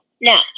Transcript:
Now